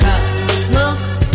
smokes